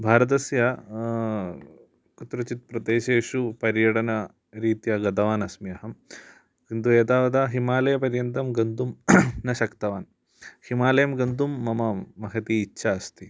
भारतस्य कुत्रचित् प्रदेशेषु पर्यटनरीत्या गतवान् अस्मि अहं किन्तु एतावता हिमालयपर्यन्तं गन्तुं न शक्तवान् हिमालयं गन्तुं मम महती इच्छा अस्ति